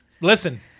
listen